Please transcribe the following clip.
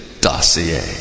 Dossier